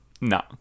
No